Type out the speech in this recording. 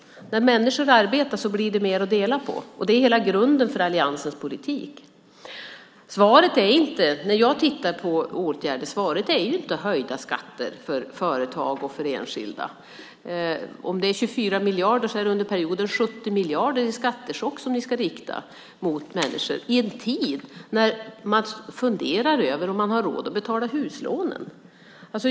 När människor arbetar blir det mer att dela på. Det är hela grunden för alliansens politik. När jag tittar på åtgärder är svaret inte höjda skatter för företag och enskilda. Om det är 24 miljarder är det under perioden 70 miljarder i skattechock som ni ska rikta mot människor. Det sker i en tid när människor funderar över om de har råd att betala huslånen.